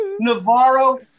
Navarro